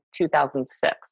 2006